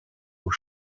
aux